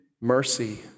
mercy